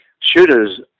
shooters